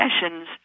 sessions